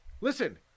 Listen